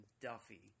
Duffy